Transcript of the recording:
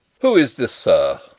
who is this, sir?